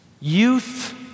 Youth